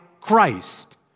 Christ